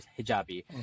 hijabi